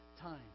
time